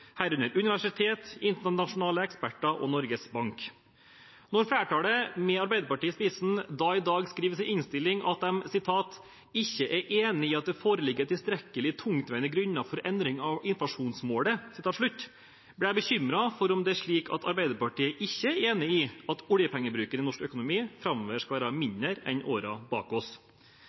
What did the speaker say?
herunder universitet, internasjonale eksperter og Norges Bank. Når flertallet, med Arbeiderpartiet i spissen, skriver i innstillingen at de «er ikke enige i at det foreligger tilstrekkelig tungtveiende grunner for den endring av inflasjonsmålet», blir jeg bekymret for om det er slik at Arbeiderpartiet ikke er enig i at oljepengebruken i norsk økonomi framover skal være mindre enn årene bak oss.